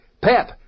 pep